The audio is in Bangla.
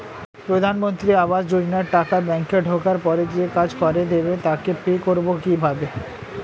প্রধানমন্ত্রী আবাস যোজনার টাকা ব্যাংকে ঢোকার পরে যে কাজ করে দেবে তাকে পে করব কিভাবে?